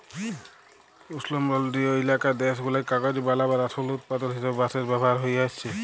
উস্লমলডলিয় ইলাকার দ্যাশগুলায় কাগজ বালাবার আসল উৎপাদল হিসাবে বাঁশের ব্যাভার হঁয়ে আইসছে